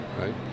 right